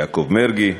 יעקב מרגי,